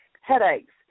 headaches